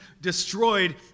destroyed